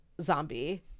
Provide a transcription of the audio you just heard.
zombie